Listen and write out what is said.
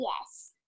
Yes